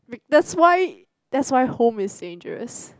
that's why that's why home is dangerous